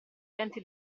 denti